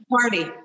party